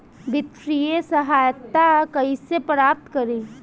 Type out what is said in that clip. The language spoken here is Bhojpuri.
वित्तीय सहायता कइसे प्राप्त करी?